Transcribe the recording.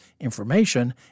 Information